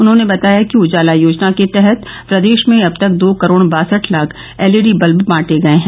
उन्होंने बताया कि उजाला योजना के तहत प्रदेश में अबतक दो करोड़ बासठ लाख एलईडी बत्ब बांटे गए हैं